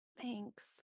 Thanks